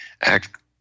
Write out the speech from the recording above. act